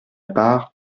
part